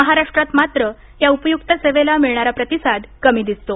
महाराष्ट्रात मात्र या उपयुक्त सेवेला मिळणारा प्रतिसाद कमी दिसतो